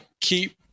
keep